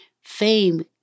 fame